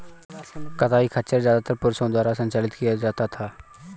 कताई खच्चर ज्यादातर पुरुषों द्वारा संचालित किया जाता था